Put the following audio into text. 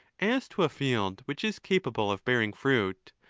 as to a field which is capable of bearing fruit,